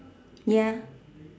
ya